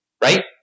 right